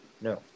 No